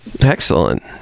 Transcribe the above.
Excellent